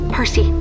Percy